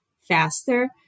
faster